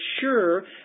sure